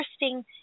interesting